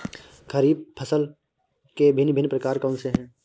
खरीब फसल के भिन भिन प्रकार कौन से हैं?